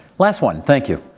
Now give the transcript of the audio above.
last one, thank you.